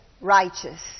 righteous